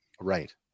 right